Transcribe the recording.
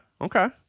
Okay